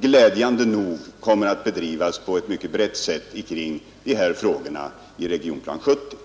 glädjande nog, mycket breda debatt som kommer att föras kring Regionplan 70.